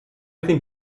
think